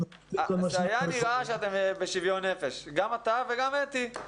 היה נראה שאתם בשוויון נפש, גם אתה וגם אתי.